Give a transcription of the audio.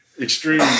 extreme